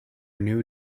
new